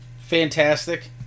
fantastic